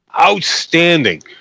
outstanding